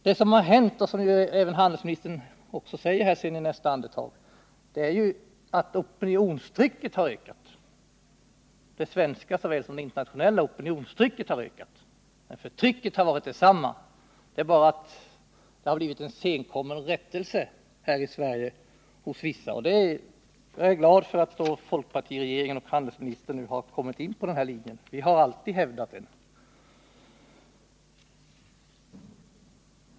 Det som nu har hänt och som även handelsministern nämner i nästa andetag är att opinionstrycket har ökat — det svenska såväl som det internationella. Men förtrycket är detsamma. Det enda nya är en senkommen rättelse här i Sverige hos vissa. Jag är glad för att folkpartiregeringen och handelsministern nu har kommit in på den här linjen. Vi har alltid hävdat den.